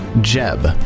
Jeb